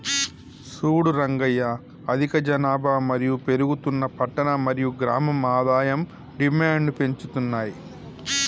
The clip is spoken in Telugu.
సూడు రంగయ్య అధిక జనాభా మరియు పెరుగుతున్న పట్టణ మరియు గ్రామం ఆదాయం డిమాండ్ను పెంచుతున్నాయి